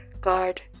guard